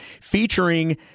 featuring